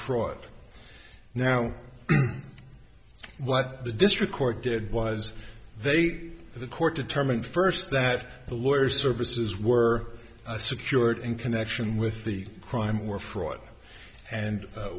fraud now what the district court did was they the court determined first that the lawyers services were secured in connection with the crime or fraud and